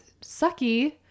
sucky